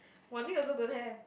Wan-Ning also don't have